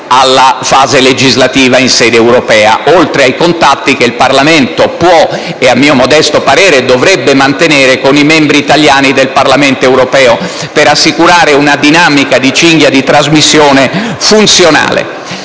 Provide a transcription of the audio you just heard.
alla fase legislativa in sede europea, oltre che attraverso i contatti che il Parlamento può e, a mio modesto parere, dovrebbe mantenere con i membri italiani del Parlamento europeo, per assicurare una dinamica di cinghia di trasmissione funzionale.